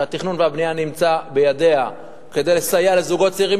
שהתכנון והבנייה נמצא בידיה כדי לסייע לזוגות צעירים,